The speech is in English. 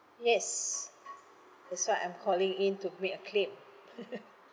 yes that's why I'm calling in to make a claim